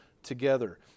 together